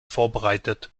vorbereitet